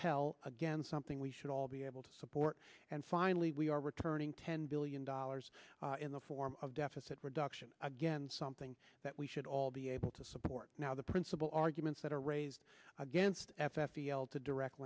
pell again something we should all be able to support and finally we are returning ten billion dollars in the form of deficit reduction again something that we should all be able to support now the principal arguments that are raised against f f t l to direct